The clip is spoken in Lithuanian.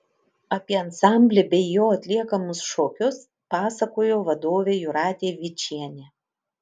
apie ansamblį bei jo atliekamus šokius pasakojo vadovė jūratė vyčienė